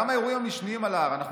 גם באירועים המשניים על ההר אנחנו